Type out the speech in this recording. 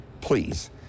Please